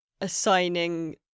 assigning